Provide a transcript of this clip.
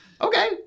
Okay